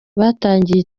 batangiye